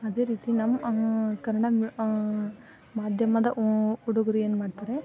ಅದೇ ರೀತಿ ನಮ್ಮ ಕನ್ನಡ ಮಾಧ್ಯಮದ ಹುಡುಗರ್ ಏನು ಮಾಡ್ತಾರೆ